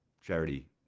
charity